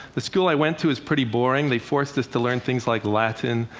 the school i went to was pretty boring they forced us to learn things like latin.